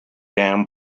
dam